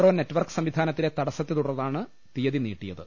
O network സംവിധാനത്തിലെ തടസ്സത്തെ തുടർന്നാണ് തിയ്യതി നീട്ടിയത്